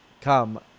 come